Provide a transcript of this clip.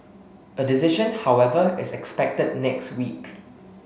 a decision however is expected next week